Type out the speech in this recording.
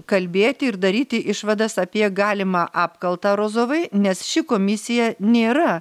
kalbėti ir daryti išvadas apie galimą apkalta rozovai nes ši komisija nėra